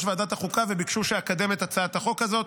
ועדת החוקה וביקשו שאקדם את הצעת החוק הזאת,